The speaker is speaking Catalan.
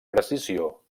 precisió